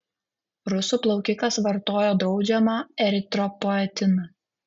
rusų plaukikas vartojo draudžiamą eritropoetiną